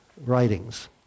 writings